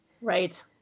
Right